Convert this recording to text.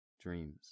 Dreams